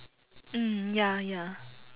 hmm ya ya